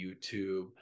YouTube